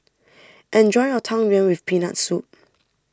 enjoy your Tang Yuen with Peanut Soup